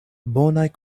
bonaj